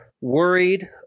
worried